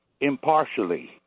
impartially